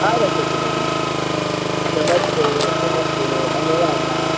आगच्छतु भगिनी नमस्ते नमस्ते धन्यवादः